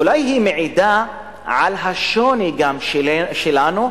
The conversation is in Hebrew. אולי היא מעידה על השוני שלנו,